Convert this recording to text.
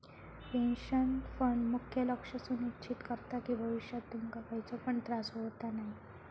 pension fund मुख्य लक्ष सुनिश्चित करता कि भविष्यात तुमका खयचो पण त्रास होता नये